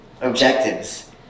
objectives